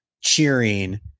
cheering